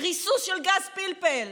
ריסוס של גז פלפל,